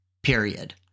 period